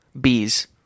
bees